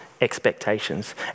expectations